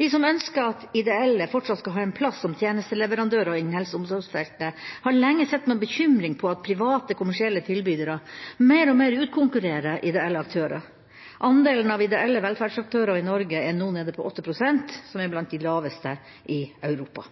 Vi som ønsker at ideelle fortsatt skal ha en plass som tjenesteleverandører innen helse- og omsorgsfeltet, har lenge sett med bekymring på at private, kommersielle tilbydere mer og mer utkonkurrerer ideelle aktører. Andelen av ideelle velferdsaktører i Norge er nå nede på 8 pst., som er blant de laveste i Europa.